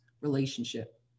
relationship